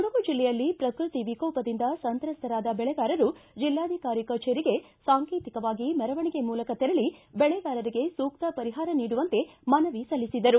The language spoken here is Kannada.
ಕೊಡಗು ಜಿಲ್ಲೆಯಲ್ಲಿ ಪ್ರಕೃತಿ ವಿಕೋಪದಿಂದ ಸಂತ್ರಸ್ವರಾದ ಬೆಳೆಗಾರರು ಜಿಲ್ಲಾಧಿಕಾರಿ ಕಛೇರಿಗೆ ಸಾಂಕೇತಿಕವಾಗಿ ಮೆರವಣಿಗೆ ಮೂಲಕ ತೆರಳಿ ಬೆಳೆಗಾರರಿಗೆ ಸೂಕ್ತ ಪರಿಹಾರ ನೀಡುವಂತೆ ಮನವಿ ಸಲ್ಲಿಸಿದರು